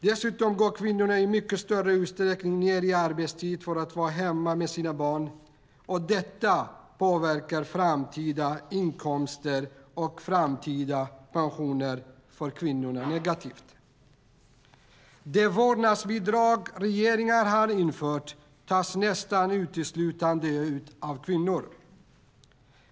Dessutom går kvinnorna i mycket större utsträckning ned i arbetstid för att vara hemma med sina barn. Detta påverkar både framtida inkomster och framtida pensioner för kvinnorna negativt. Det vårdnadsbidrag som regeringen har infört tas nästan uteslutande ut av kvinnor.